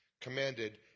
commanded